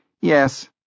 Yes